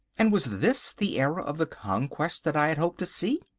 and was this the era of the conquest that i had hoped to see!